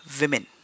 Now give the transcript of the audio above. women